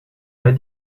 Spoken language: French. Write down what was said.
pas